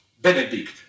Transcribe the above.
Benedict